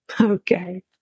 Okay